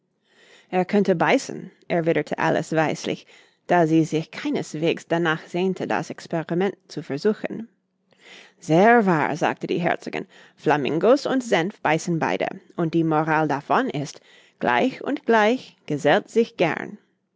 er könnte beißen erwiderte alice weislich da sie sich keineswegs danach sehnte das experiment zu versuchen sehr wahr sagte die herzogin flamingos und senf beißen beide und die moral davon ist gleich und gleich gesellt sich gern